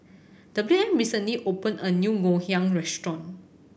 W M recently opened a new Ngoh Hiang restaurant